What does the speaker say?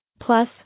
Plus